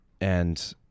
and-